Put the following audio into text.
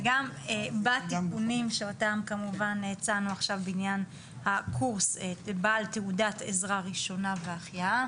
התיקונים שהצגנו עכשיו בדבר הקורס בעל תעודת עזרה ראשונה והחייאה,